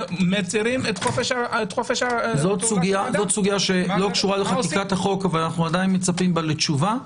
זו סוגיה שלא קשורה לחקיקת החוק אבל אנו עדיין מצפים בה לתשובה.